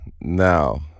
now